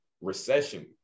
recession